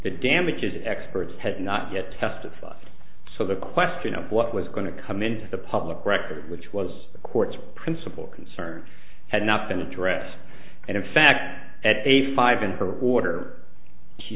damages experts had not yet testified so the question of what was going to come in the public record which was the court's principal concern had not been addressed and in fact at eighty five in her order she